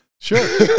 Sure